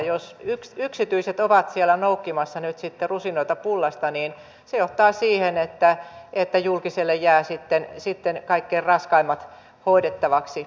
jos yksityiset ovat siellä noukkimassa nyt sitten rusinoita pullasta niin se johtaa siihen että julkiselle jäävät sitten kaikkein raskaimmat hoidettavaksi